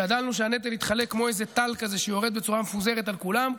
השתדלנו שהנטל יתחלק כמו איזה טל כזה שיורד בצורה מפוזרת על כולם.